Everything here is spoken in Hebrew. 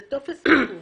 זה טופס מובן,